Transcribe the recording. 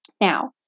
Now